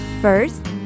First